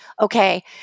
okay